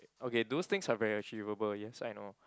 okay those things are very achievable yes I know